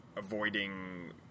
Avoiding